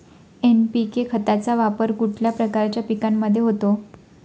NPK खताचा वापर कुठल्या प्रकारच्या पिकांमध्ये होतो?